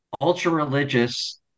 ultra-religious